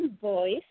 voice